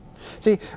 See